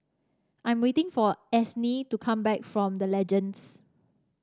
I'm waiting for Ansley to come back from The Legends